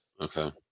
Okay